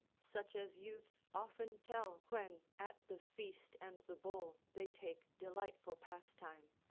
such as youths often tell when at the feast and the bowl they take delightful pastime,